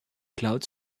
cloud